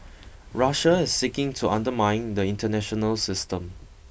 Russia is seeking to undermine the international system